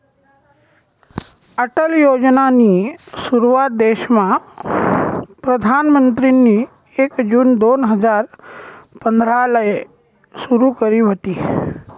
अटल योजनानी सुरुवात देशमा प्रधानमंत्रीनी एक जून दोन हजार पंधराले सुरु करी व्हती